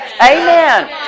Amen